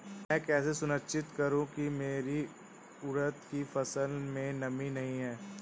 मैं कैसे सुनिश्चित करूँ की मेरी उड़द की फसल में नमी नहीं है?